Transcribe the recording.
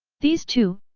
these two,